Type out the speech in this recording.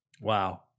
Wow